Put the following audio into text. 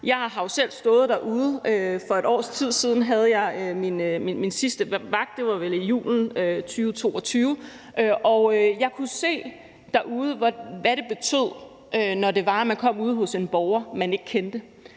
Jeg har jo selv stået derude – for et års tid siden havde jeg min sidste vagt; det var vel i julen 2022 – og jeg kunne se, hvad det betød, når man kom ud til en borger, man ikke kendte.